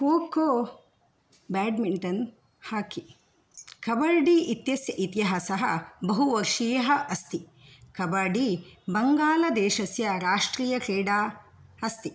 kho kho badminton hockey kabaddi इत्यस्य इतिहासः बहु वर्षीयः अस्ति कबड्डी बङ्गालदेशस्य राष्ट्रीयक्रीडाः अस्ति